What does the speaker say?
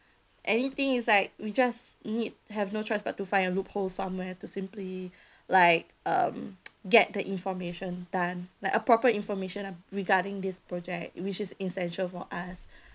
anything is like we just need have no choice but to find a loophole somewhere to simply like um get the information done like a proper information uh regarding this project which is essential for us